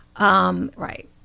Right